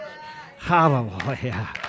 Hallelujah